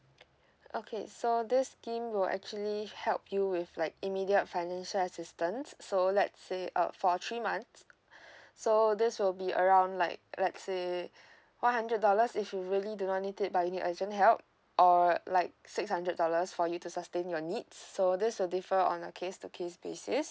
okay so this scheme will actually help you with like immediate financial assistance so lets say out for three months so this will be around like let say one hundred dollars if you really do not need it but any urgent help or like six hundred dollars for you to sustain your needs so this will differ on a case to case basis